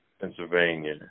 Pennsylvania